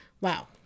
wow